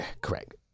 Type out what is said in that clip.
correct